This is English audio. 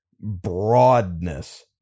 broadness